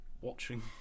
watching